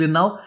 Now